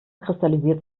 kristallisiert